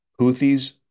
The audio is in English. Houthis